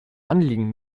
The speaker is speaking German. anliegen